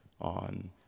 on